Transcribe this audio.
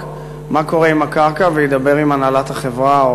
מה קורה עם הקרקע וידבר עם הנהלת החברה,